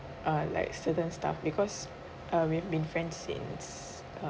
uh like certain stuff because uh we've been friends since uh